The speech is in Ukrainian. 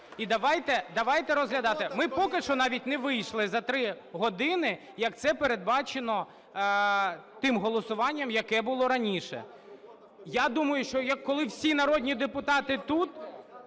І давайте розглядати. Ми поки що навіть не вийшли за три години, як це передбачено тим голосуванням, яке було раніше. Я думаю, що коли всі народні депутати тут,